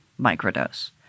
microdose